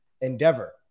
Endeavor